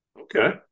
Okay